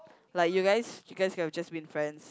like you guys you guys could've just been friends